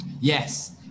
yes